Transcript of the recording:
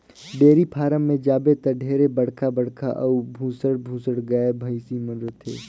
dairy farm में जाबे त ढेरे बड़खा बड़खा अउ भुसंड भुसंड गाय, भइसी मन रथे